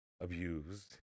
abused